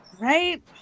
Right